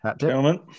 Gentlemen